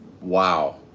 Wow